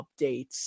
updates